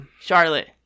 Charlotte